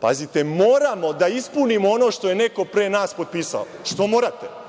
pazite, moramo da ispunimo ono što je neko pre nas potpisao. Što morate?